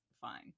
fine